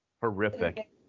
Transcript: horrific